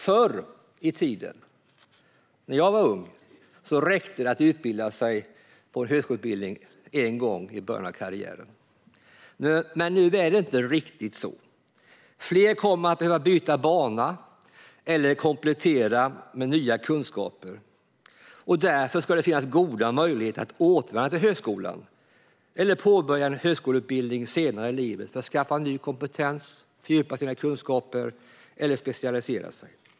Förr i tiden, när jag var ung, räckte det att utbilda sig på högskolan en gång i början av karriären, men så är det inte riktigt nu. Fler kommer att behöva byta bana eller komplettera med nya kunskaper. Därför ska det finnas goda möjligheter att återvända till högskolan eller påbörja en högskoleutbildning senare i livet för att skaffa ny kompetens, fördjupa sina kunskaper eller specialisera sig.